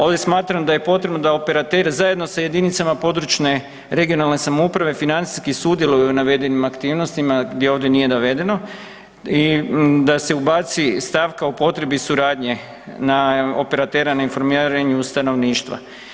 Ovdje smatram da je potrebno da operater zajedno sa jedinicama područne (regionalne) samouprave financijski sudjeluje u navedenim aktivnostima jer ovdje nije navedeno i da se ubaci stavka o potrebi suradnje operatera na informiranju stanovništva.